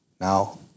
now